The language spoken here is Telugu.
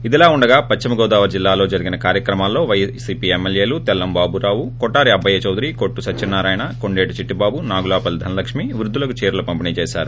ఇదిలా ఉండగా పశ్చిమ గోదాపరి జిల్లాలో జరిగిన కార్యక్రమాల్లో పైసీపీ ఎమ్మెల్యేలు తెల్లం బాలరాజు కొఠారి అబ్బాయి చౌదరి కొట్టు సత్యనారాయణ కొండేటి చిట్టిబాబు నాగులపల్లి ధనలక్మి పృద్దులకు చీరలు పంపిణీ చేశారు